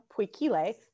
puikile